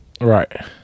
Right